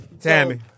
Tammy